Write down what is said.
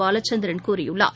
பாலசந்திரன் கூறியுள்ளார்